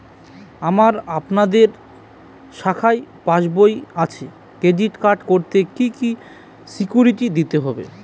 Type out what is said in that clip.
আমার আপনাদের শাখায় পাসবই আছে ক্রেডিট কার্ড করতে কি কি সিকিউরিটি দিতে হবে?